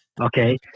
Okay